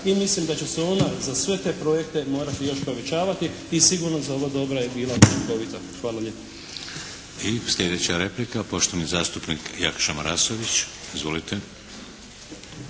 I mislim da će se ona za sve te projekte još morati povećavati. I sigurno za ova dobra je bila učinkovita. Hvala lijepa. **Šeks, Vladimir (HDZ)** I sljedeće replika, poštovani zastupnik Jakša Marasović. Izvolite.